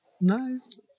Nice